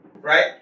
Right